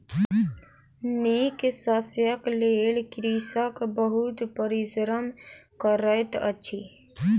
नीक शस्यक लेल कृषक बहुत परिश्रम करैत अछि